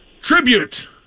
Tribute